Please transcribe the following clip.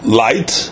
light